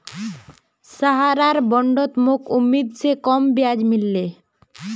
सहारार बॉन्डत मोक उम्मीद स कम ब्याज मिल ले